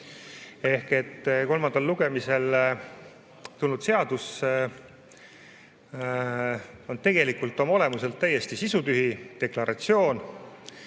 Ehk kolmandale lugemisele tulnud seadus on tegelikult oma olemuselt täiesti sisutühi deklaratsioon.